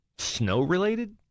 snow-related